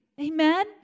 Amen